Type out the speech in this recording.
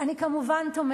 אני תומכת כמובן,